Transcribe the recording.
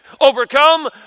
overcome